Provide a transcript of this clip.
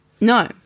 No